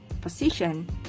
position